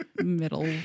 middle